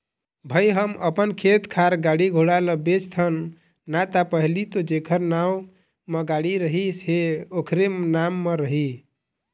भई हम अपन खेत खार, गाड़ी घोड़ा ल बेचथन ना ता पहिली तो जेखर नांव म गाड़ी रहिस हे ओखरे नाम म रही